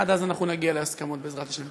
עד אז אנחנו נגיע להסכמות, בעזרת השם.